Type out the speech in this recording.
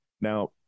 Now